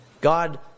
God